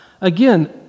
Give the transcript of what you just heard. again